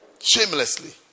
Shamelessly